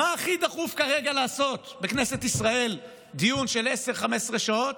ומה הכי דחוף כרגע לעשות בכנסת ישראל דיון של 10 15 שעות?